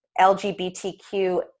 LGBTQ